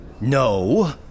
No